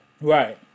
Right